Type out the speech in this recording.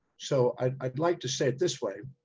so i i'd like to say it this way,